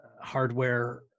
hardware